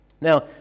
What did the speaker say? Now